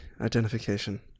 identification